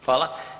Hvala.